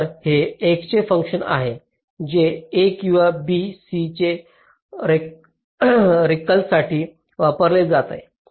तर हे x हे फंक्शन आहे जे a किंवा b c च्या रेकल्ससाठी वापरले जाते